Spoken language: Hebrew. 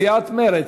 סיעת מרצ,